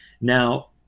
now